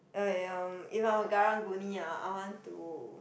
ya if I'm aKarang-Guni ah I want to